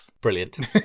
Brilliant